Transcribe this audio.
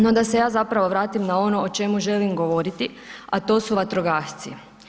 No da se ja zapravo vratim na ono o čemu želim govoriti, a to su vatrogasci.